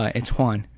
ah it's juan.